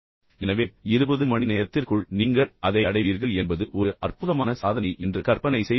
எனவே 20 மணி நேரத்திற்குள் நீங்கள் அதை அடைவீர்கள் என்பது ஒரு அற்புதமான சாதனை என்று கற்பனை செய்து பாருங்கள்